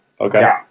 Okay